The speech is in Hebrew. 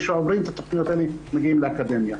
שעוברים את התוכניות האלה מגיעים לאקדמיה.